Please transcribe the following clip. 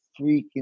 freaking